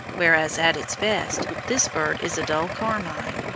whereas at its best, this bird is a dull carmine.